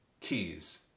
keys